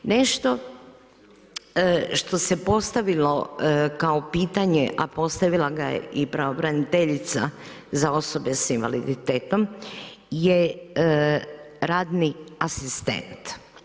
Nešto što se postavilo kao pitanje, a postavila ga je pravobraniteljica za osobe s invaliditetom je radni asistent.